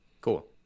cool